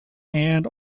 hand